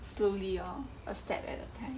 slowly lor a step at a time